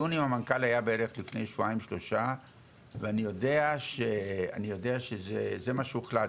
הדיון עם המנכ"ל היה בערך לפני שבועיים-שלושה ואני יודע שזה מה שהוחלט,